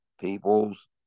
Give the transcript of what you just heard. people's